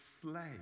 slave